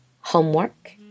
homework